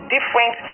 Different